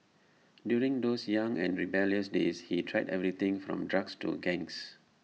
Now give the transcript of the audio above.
during those young and rebellious days he tried everything from drugs to gangs